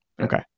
Okay